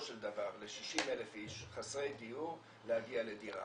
של דבר ל-60,000 איש חסרי דיור להגיע לדירה.